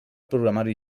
programari